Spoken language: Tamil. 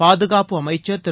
பாதுகாப்பு அமைச்ச் திரு